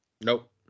nope